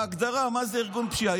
בהגדרה, מה זה ארגון פשיעה?